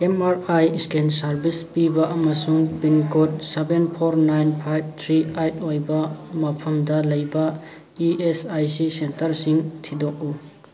M R I scan service ꯄꯤꯕ ꯑꯃꯁꯨꯡ pin code seven four nine ꯐꯥꯏꯕ three eight ꯑꯣꯏꯕ ꯃꯐꯝꯗ ꯂꯩꯕ ꯏ ꯑꯦꯁ ꯑꯥꯏ ꯁꯤ ꯁꯦꯟꯇꯔꯁꯤꯡ ꯊꯤꯗꯣꯛꯎ